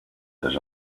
his